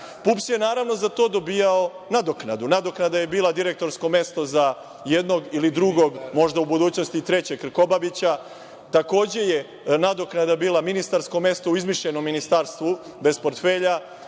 je naravno za to dobijao nadoknadu. Nadoknada je bila direktorsko mesto za jednog ili drugog, možda u budućnosti trećeg Krkobabića. Takođe je nadoknada bila ministarsko mesto u izmišljenom ministarstvu, bez portfelja,